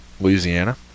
Louisiana